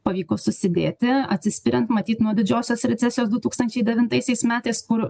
pavyko susidėti atsispiriant matyt nuo didžiosios recesijos du tūkstančiai devintaisiais metais kur